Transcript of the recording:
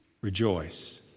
rejoice